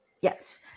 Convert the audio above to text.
Yes